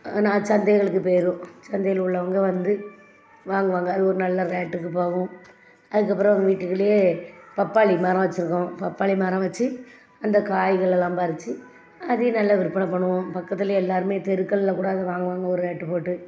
நான் சந்தைகளுக்குப் போயிருவேன் சந்தையில் உள்ளவங்க வந்து வாங்குவாங்க அது ஒரு நல்ல ரேட்டுக்குப் போகும் அதுக்கப்புறம் வீட்டுக்குள்ளேயே பப்பாளி மரம் வச்சுருக்கோம் பப்பாளி மரம் வச்சு அந்த காய்களெல்லாம் பறித்து அதையும் நல்லா விற்பனை பண்ணுவோம் பக்கத்தில் எல்லோருமே தெருக்களில் கூட அதை வாங்குவாங்க ஒரு ரேட்டு போட்டு